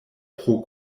pro